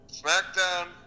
Smackdown